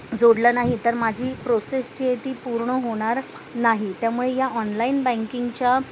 जोडलं नाही तर माझी प्रोसेस जी आहे ती पूर्ण होणार नाही त्यामुळे या ऑनलाईन बँकिंगच्या